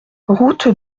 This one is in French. route